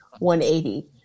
180